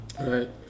Right